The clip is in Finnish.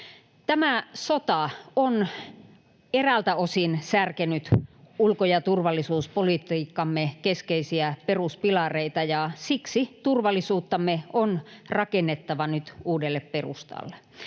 Tämä sota on eräältä osin särkenyt ulko- ja turvallisuuspolitiikkamme keskeisiä peruspilareita, ja siksi turvallisuuttamme on rakennettava nyt uudelle perustalle.